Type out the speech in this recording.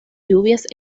lluvias